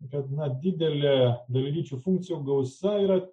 gana didelė dalelyčių funkcijų gausa yra